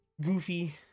Goofy